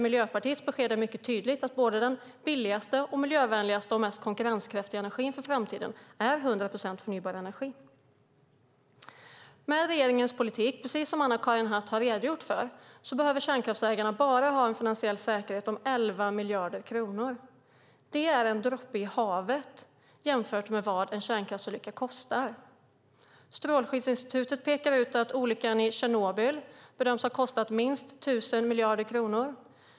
Miljöpartiets besked är mycket tydligt: Den billigaste och mest miljövänliga och konkurrenskraftiga energin för framtiden är 100 procent förnybar energi. Precis som Anna-Karin Hatt har redogjort för behöver kärnkraftsägarna, med regeringens politik, ha en finansiell säkerhet på endast 11 miljarder kronor. Det är en droppe i havet jämfört med vad en kärnkraftsolycka kostar. Strålskyddsinstitutet säger att olyckan i Tjernobyl bedöms ha kostat minst 1 000 miljarder kronor.